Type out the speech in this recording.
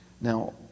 Now